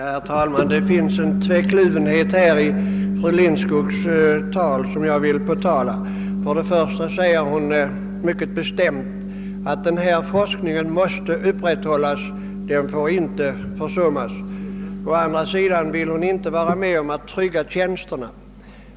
Herr talman! Det finns en kluvenhet i fru Lindskogs resonemang som jag vill påtala. Hon säger å ena sidan mycket bestämt att denna forskning måste upprätthållas och att den inte får försummas. Å andra sidan vill hon inte vara med om att trygga tjänsterna.